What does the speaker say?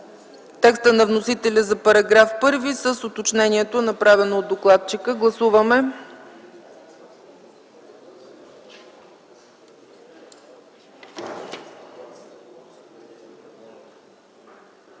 текста на вносителя за § 1 с уточнението, направено от докладчика. Гласували